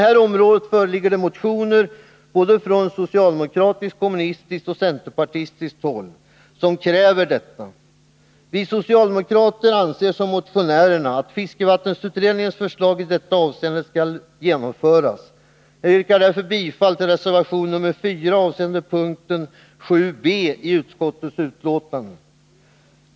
Det föreligger motioner från såväl socialdemokratiskt som kommunistiskt och centerpartistiskt håll som kräver att utredningens förslag genomförs. Vi socialdemokrater ansluter oss till motionärerna i detta avseende, och jag yrkar därför bifall till reservation nr 4 i vad avser moment 7 b i utskottets hemställan.